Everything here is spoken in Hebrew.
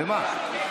למה?